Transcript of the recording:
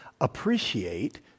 appreciate